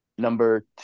Number